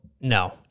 No